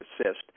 assist